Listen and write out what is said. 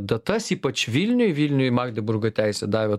datas ypač vilniui vilniui magdeburgo teisė davė